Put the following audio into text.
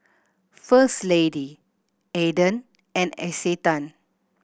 First Lady Aden and Isetan